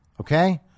Okay